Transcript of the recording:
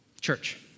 Church